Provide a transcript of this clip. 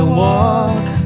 walk